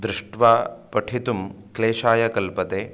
दृष्ट्वा पठितुं क्लेशाय कल्पते